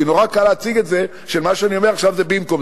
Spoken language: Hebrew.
כי נורא קל להציג את זה שמה שאני אומר עכשיו זה במקום.